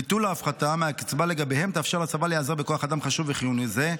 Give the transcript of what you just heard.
ביטול ההפחתה מהקצבה לגביהם יאפשר לצבא להיעזר בכוח אדם חשוב וחיוני זה.